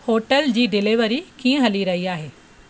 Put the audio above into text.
hotel जी delivery कीअं हली रही आहे